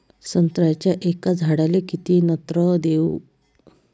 संत्र्याच्या एका झाडाले किती नत्र देऊ?